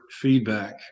feedback